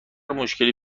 مشکلی